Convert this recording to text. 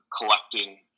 collecting